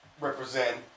represent